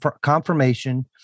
confirmation